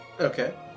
Okay